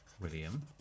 William